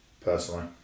personally